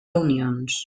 reunions